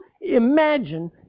imagine